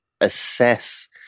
assess